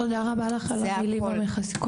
ט': תודה רבה לך על המילים המחזקות.